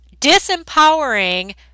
disempowering